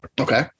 Okay